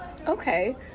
Okay